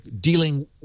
dealing